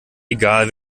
egal